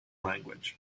language